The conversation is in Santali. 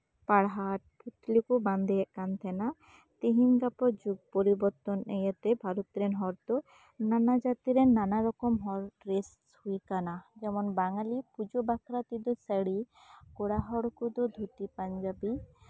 ᱯᱟᱲᱦᱟᱴ ᱞᱩᱜᱽᱲᱤᱡ ᱠᱚ ᱵᱟᱸᱫᱮᱭᱮᱫ ᱠᱟᱱ ᱛᱟᱦᱮᱱᱟ ᱛᱮᱦᱮᱧᱼᱜᱟᱯᱟ ᱡᱩᱜᱽ ᱯᱚᱨᱤᱵᱚᱨᱛᱚᱱ ᱤᱭᱟᱹᱛᱮ ᱵᱷᱟᱨᱚᱛ ᱨᱮᱱ ᱦᱚᱲ ᱫᱚ ᱱᱟᱱᱟ ᱡᱟᱹᱛᱤ ᱨᱮᱱ ᱱᱟᱱᱟ ᱨᱚᱠᱚᱢ ᱦᱚᱲ ᱰᱨᱮᱥ ᱦᱩᱭ ᱠᱟᱱᱟ ᱡᱮᱢᱚᱱ ᱵᱟᱝᱜᱟᱞᱤ ᱯᱩᱡᱳ ᱵᱟᱠᱷᱨᱟ ᱛᱮᱫᱚ ᱥᱟᱲᱤ ᱠᱚᱲᱟ ᱦᱚᱲ ᱠᱚᱫᱚ ᱫᱷᱩᱛᱤ ᱯᱟᱧᱡᱟᱵᱤ